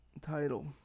title